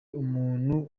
umuntu